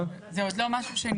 עוד לא?